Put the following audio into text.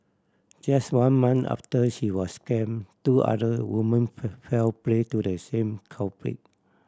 just one month after she was scam two other women fell prey to the same culprit